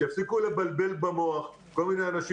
שיפסיקו לבלבל במוח כל מיני אנשים,